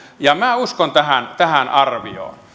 minä uskon tähän arvioon